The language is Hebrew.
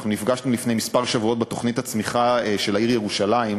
אנחנו נפגשנו לפני כמה שבועות בדיון על תוכנית הצמיחה של העיר ירושלים,